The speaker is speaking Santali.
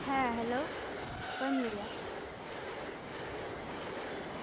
ᱦᱮᱸ ᱦᱮᱞᱳ ᱚᱠᱚᱭᱮᱢ ᱞᱟᱹᱭᱮᱫᱼᱟ